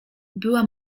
była